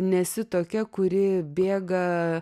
nesi tokia kuri bėga